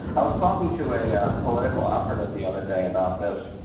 i was talking to a ah political operative the other day about this,